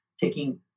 Taking